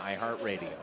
iHeartRadio